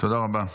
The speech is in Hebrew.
תודה רבה.